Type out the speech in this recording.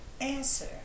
answer